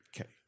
Okay